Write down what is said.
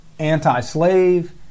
anti-slave